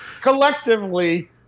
Collectively